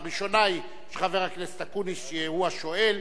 הראשונה היא של חבר הכנסת אקוניס, שהוא השואל.